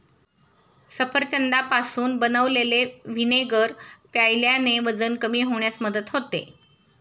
सफरचंदापासून बनवलेले व्हिनेगर प्यायल्याने वजन कमी होण्यास मदत होते